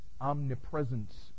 omnipresence